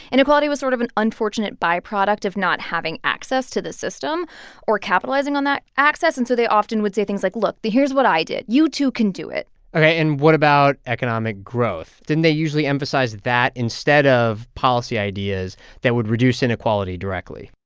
inequality was sort of an unfortunate byproduct of not having access to the system or capitalizing on that access. and so they often would say things like, look here's what i did. you, too, can do it ok, and what about economic growth? didn't they usually emphasize that instead of policy ideas that would reduce inequality directly?